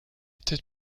tête